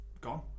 gone